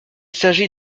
s’agit